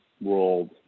world